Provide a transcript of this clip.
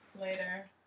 Later